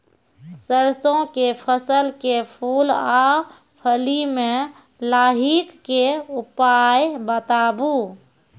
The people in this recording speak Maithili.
सरसों के फसल के फूल आ फली मे लाहीक के उपाय बताऊ?